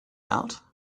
out